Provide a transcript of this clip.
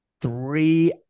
Three